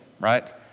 right